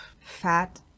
fat